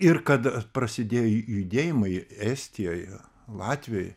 ir kada prasidėjo judėjimai estijoje latvijoj